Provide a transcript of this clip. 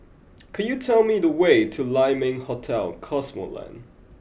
could you tell me the way to Lai Ming Hotel Cosmoland